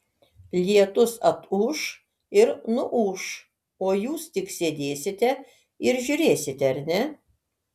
lietus atūš ir nuūš o jūs tik sėdėsite ir žiūrėsite ar ne